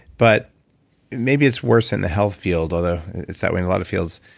but maybe it's worse in the health field, although it's that way in a lot of fields.